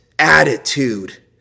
attitude